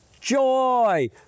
joy